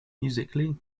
musically